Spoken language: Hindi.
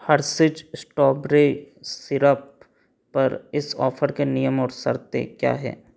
हर्सिज इश्ट्रॉबरी सिरप पर इस ऑफ़र के नियम और शर्तें क्या हैं